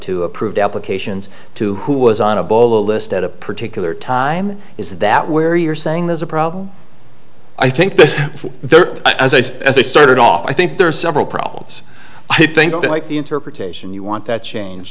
approved applications to who was on a bolo list at a particular time is that where you're saying there's a problem i think that there are as i said as i started off i think there are several problems i think they like the interpretation you want that change